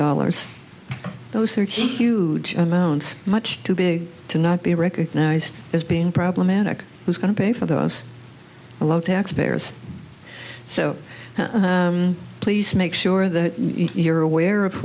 dollars those are key huge amounts much too big to not be recognized as being problematic who's going to pay for those low tax payers so please make sure that you're aware of